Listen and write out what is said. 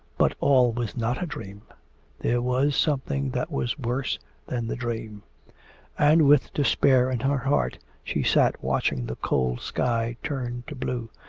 but all was not a dream there was something that was worse than the dream and with despair in her heart she sat watching the cold sky turn to blue,